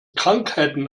krankheiten